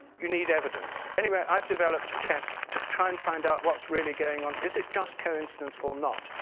you need evidence. anyway, i've developed a test to try and find out what's really going on, is it just coincidence or not?